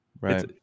right